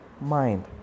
mind